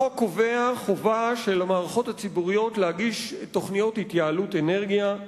החוק קובע חובה של המערכות הציבוריות להגיש תוכניות התייעלות אנרגיה,